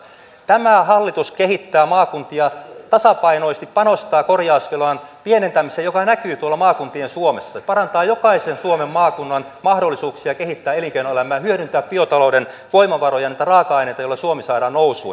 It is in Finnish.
tämä hallitus kehittää maakuntia tasapainoisesti panostaa korjausvelan pienentämiseen mikä näkyy tuolla maakuntien suomessa parantaa jokaisen suomen maakunnan mahdollisuuksia kehittää elinkeinoelämää hyödyntää biotalouden voimavaroja ja niitä raaka aineita joilla suomi saadaan nousuun